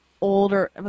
older